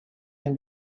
can